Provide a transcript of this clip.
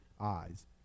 eyes